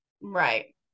Right